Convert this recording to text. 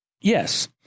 Yes